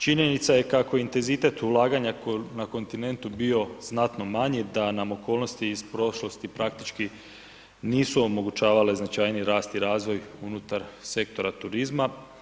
Činjenica je kako intenzitet ulaganja na kontinentu je bio znatno manji da nam okolnosti iz prošlosti praktički nisu omogućavale značajni rast i razvoj unutar sektora turizma.